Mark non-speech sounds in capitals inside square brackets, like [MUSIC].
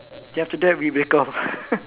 then after that we break up [LAUGHS]